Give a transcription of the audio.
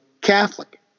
Catholic